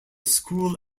school